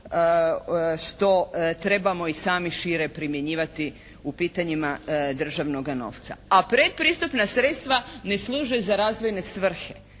što trebamo i sami šire primjenjivati u pitanjima državnoga novca, a predpristupna sredstva ne služe za razvojne svrhe.